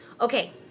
Okay